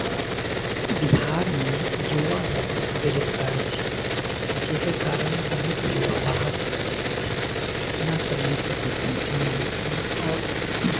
बिहारमे युवा बहुत बेरोजगार छै जाहिके कारण बहुत युवा बाहर चलि जाइ छै नहि समयसँ वेकेन्सी मिलै छै आओर